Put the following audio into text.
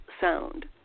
sound